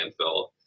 landfill